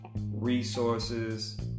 resources